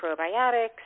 probiotics